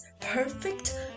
perfect